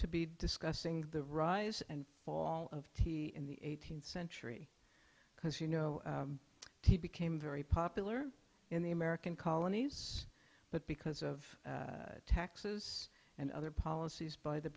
to be discussing the rise and fall of tea in the eighteenth century because you know he became very popular in the american colonies but because of taxes and other policies by the